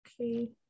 Okay